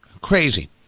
crazy